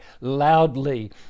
loudly